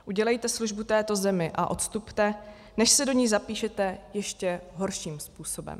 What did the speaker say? Udělejte službu této zemi a odstupte, než se do ní zapíšete ještě horším způsobem.